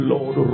Lord